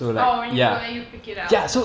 oh when you go there you pick it up